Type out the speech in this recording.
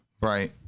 Right